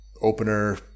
opener